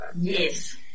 Yes